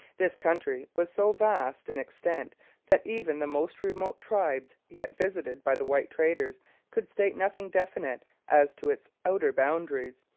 this country was so vast in extent that even the most remote tribes yet visited by the white traders could state nothing definite as to its outer boundaries,